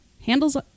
Handles